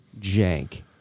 Jank